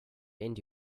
into